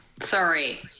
sorry